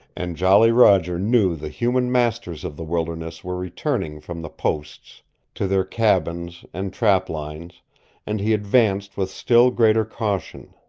and jolly roger knew the human masters of the wilderness were returning from the posts to their cabins and trap-lines, and he advanced with still greater caution.